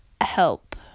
help